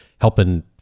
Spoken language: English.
helping